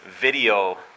video